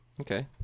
Okay